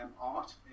art